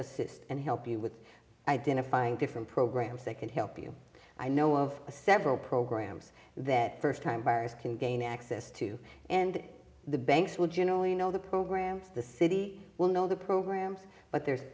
assist and help you with identifying different programs that can help you i know of several programs that first time buyers can gain access to and the banks will generally know the programs the city will know the programs but there's